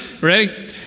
Ready